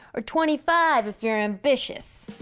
or twenty five if you're ambitious.